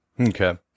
Okay